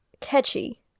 catchy